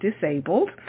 disabled